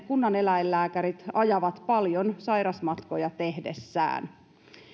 kunnaneläinlääkärit ajavat paljon sairasmatkoja tehdessään